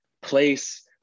place